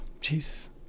Jesus